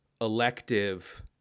elective